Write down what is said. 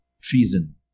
treason